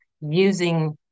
using